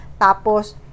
Tapos